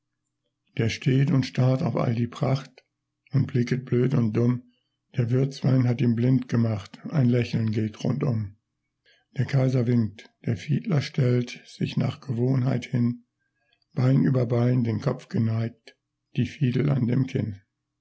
der steht und starrt auf all die pracht und blicket blöd und dumm der würzwein hat ihn blind gemacht ein lächeln geht rundum der kaiser winkt der fiedler stellt sich nach gewohnheit hin bein über bein den kopf geneigt die fiedel an dem kinn